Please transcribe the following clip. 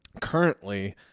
Currently